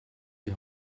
die